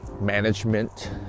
management